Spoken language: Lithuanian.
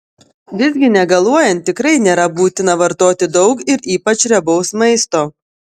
visgi negaluojant tikrai nėra būtina vartoti daug ir ypač riebaus maisto